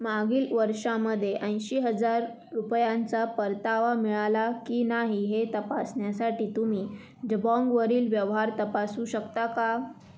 मागील वर्षामध्ये ऐंशी हजार रुपयांचा परतावा मिळाला की नाही हे तपासण्यासाठी तुम्ही जबाँगवरील व्यवहार तपासू शकता का